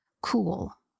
cool